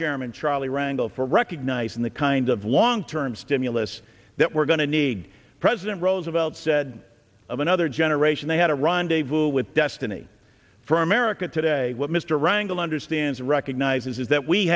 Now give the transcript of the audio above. chairman charlie rangle for recognizing the kind of long term stimulus that we're going to need president roosevelt said of another generation they had a rendezvous with destiny for america today what mr rangle understands recognizes is that we